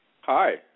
Hi